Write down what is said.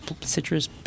Citrus